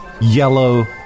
yellow